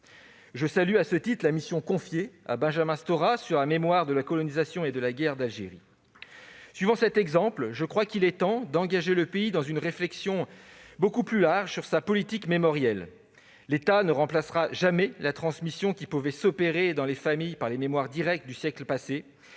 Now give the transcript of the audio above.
ce titre, je salue la mission confiée à Benjamin Stora sur la mémoire de la colonisation et de la guerre d'Algérie. Suivant cet exemple, je crois qu'il est temps d'engager le pays dans une réflexion beaucoup plus large sur sa politique mémorielle. L'État ne remplacera jamais la transmission qui pouvait s'opérer, dans les familles, par les témoins directs du siècle passé